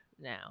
now